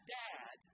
dad